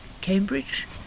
Cambridge